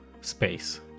space